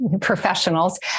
professionals